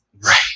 Right